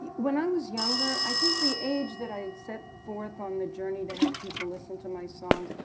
when i was younger, i think the age that i set forth on the journey to have people listen to my songs,